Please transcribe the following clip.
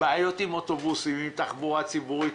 בעיות עם תחבורה ציבורית,